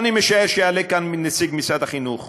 אני משער שיעלה לכאן נציג משרד החינוך